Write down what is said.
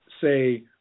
say